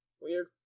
Weird